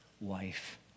wife